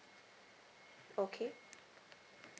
okay